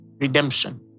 redemption